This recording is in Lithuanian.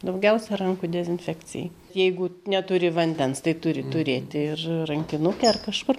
daugiausia rankų dezinfekcijai jeigu neturi vandens tai turi turėti ir rankinuke ar kažkur